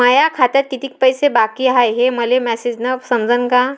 माया खात्यात कितीक पैसे बाकी हाय हे मले मॅसेजन समजनं का?